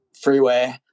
freeway